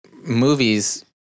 movies